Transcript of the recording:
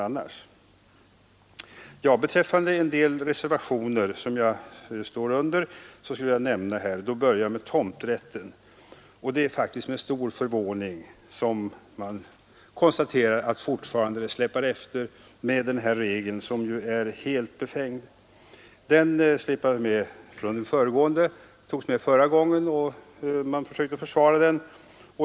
Jag skulle vilja beröra några av de reservationer jag undertecknat. Jag börjar då med reservationen om tomträtten. Med stor förvåning konstaterar man att det fortfarande släpas efter med en regel som är helt befängd. Den togs med förra gången, och man försökte då försvara den.